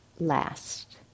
last